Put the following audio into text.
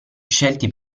scelti